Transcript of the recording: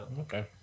okay